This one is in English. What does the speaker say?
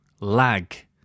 Lag